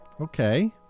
okay